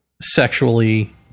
sexually